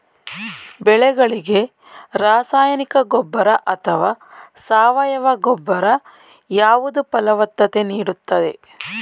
ಬೆಳೆಗಳಿಗೆ ರಾಸಾಯನಿಕ ಗೊಬ್ಬರ ಅಥವಾ ಸಾವಯವ ಗೊಬ್ಬರ ಯಾವುದು ಫಲವತ್ತತೆ ನೀಡುತ್ತದೆ?